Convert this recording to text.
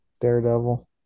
Daredevil